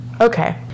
Okay